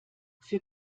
für